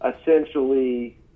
essentially